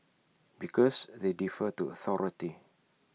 because they defer to authority